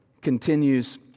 continues